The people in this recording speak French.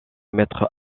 maîtres